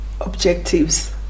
objectives